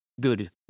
good